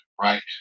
Right